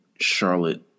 Charlotte